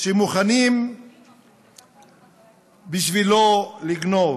שמוכנים בשבילו לגנוב?